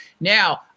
Now